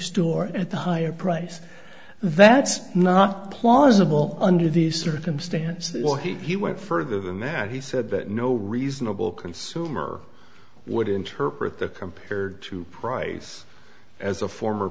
store at the higher price that's not plausible under the circumstances where he went further than that he said that no reasonable consumer would interpret that compared to price as a former